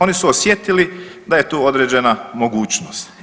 Oni su osjetili da je tu određena mogućnost.